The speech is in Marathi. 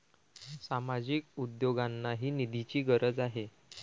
सामाजिक उद्योगांनाही निधीची गरज आहे